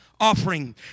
offering